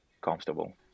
comfortable